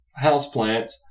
houseplants